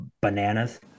bananas